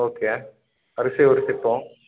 okay அரிசி ஒரு சிப்பம்